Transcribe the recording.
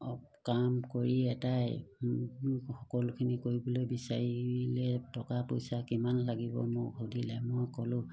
সব কাম কৰি এদায় সকলোখিনি কৰিবলৈ বিচাৰিলে টকা পইচা কিমান লাগিব মোক সুধিলে মই ক'লোঁ